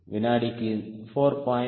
வினாடிக்கு 4